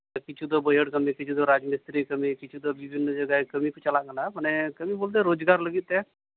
ᱠᱤᱪᱷᱩ ᱫᱚ ᱵᱟᱹᱭᱦᱟᱹᱲ ᱠᱟᱹᱤ ᱠᱤᱪᱷᱩ ᱫᱚ ᱨᱟᱡᱽᱢᱤᱥᱛᱨᱤ ᱠᱟᱹᱢᱤ ᱠᱤᱪᱷᱩ ᱫᱚ ᱵᱤᱵᱷᱤᱱᱱᱚ ᱡᱟᱭᱜᱟ ᱠᱟᱹᱢᱤ ᱠᱚ ᱪᱟᱞᱟᱜ ᱠᱟᱱᱟ ᱢᱟᱱᱮ ᱠᱟᱹᱢᱤ ᱵᱚᱞᱛᱮ ᱨᱳᱡᱽᱜᱟᱨ ᱞᱟᱹᱜᱤᱫ ᱛᱮ